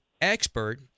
expert